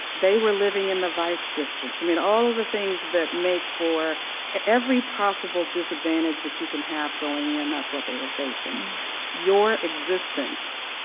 they were living in the vice districts. i mean, all of the things that make for every possible disadvantage that you can have going in that's what they were facing your existence,